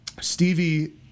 Stevie